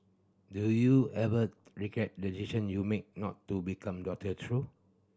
do you ever regret the decision you made not to become doctor through